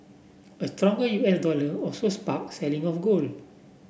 a stronger U S dollar also spark selling on gold